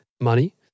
money